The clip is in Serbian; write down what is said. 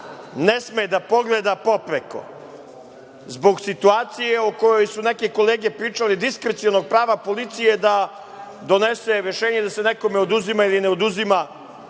ne sme da pogleda popreko zbog situacije o kojoj su neke kolege pričale, diskreciona prava policije da donese rešenje da se nekome oduzima ili ne oduzima